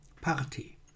party